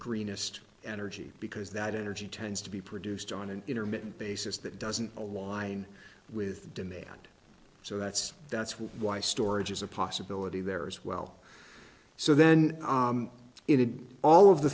greenest energy because that energy tends to be produced on an intermittent basis that doesn't align with demand so that's that's why storage is a possibility there as well so then it would all of the